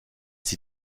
sie